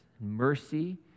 mercy